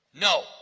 No